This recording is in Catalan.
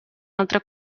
altre